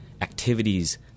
activities